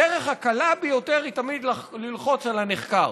הדרך הקלה ביותר היא תמיד ללחוץ על הנחקר.